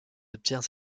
obtient